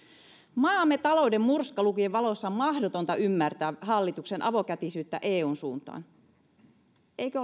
maamme talouden murskalukujen valossa on mahdotonta ymmärtää hallituksen avokätisyyttä eun suuntaan eikö